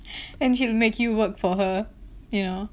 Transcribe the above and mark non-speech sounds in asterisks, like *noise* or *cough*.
*breath* and she'll make you work for her you know